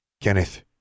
Kenneth